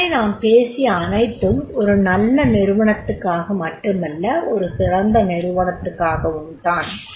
இதுவரை நாம் பேசிய அனைத்தும் ஒரு நல்ல நிறுவனத்துகாக மட்டுமல்ல ஒரு சிறந்த நிறுவனத்திற்காகவும் தான்